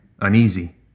uneasy